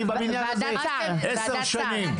אני בעניין הזה עשר שנים.